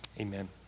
amen